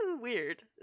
weird